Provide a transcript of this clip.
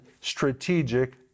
strategic